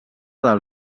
del